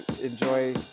enjoy